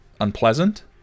unpleasant